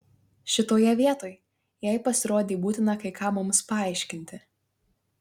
šitoje vietoj jai pasirodė būtina kai ką mums paaiškinti